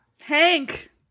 Hank